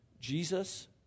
Jesus